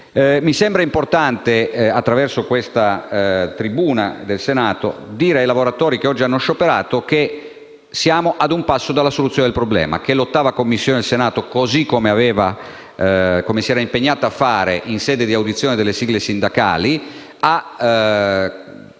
Mi sembra importante dire da questi scranni del Senato ai lavoratori che oggi hanno scioperato che siamo a un passo dalla soluzione del problema e che l'8ª Commissione del Senato, così come si era impegnata a fare in sede di audizione delle sigle sindacali, ha preso